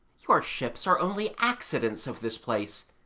your ships are only accidents of this place,